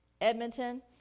Edmonton